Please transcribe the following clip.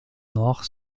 nord